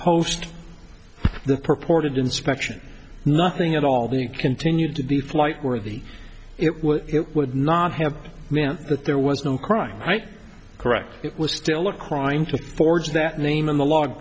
the purported inspection nothing at all the continued to be flight worthy it would it would not have meant that there was no crime right correct it was still a crime to forge that name in the log